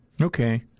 Okay